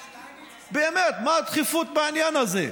באמת, מה הדחיפות בעניין הזה?